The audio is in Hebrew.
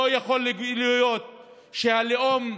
לא יכול להיות שהלאום,